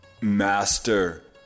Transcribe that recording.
Master